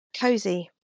cozy